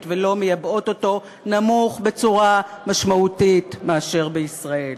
ולא מייבאות אותו נמוך בצורה משמעותית מאשר בישראל.